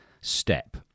step